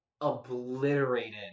obliterated